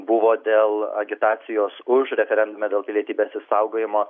buvo dėl agitacijos už referendumą dėl pilietybės išsaugojimo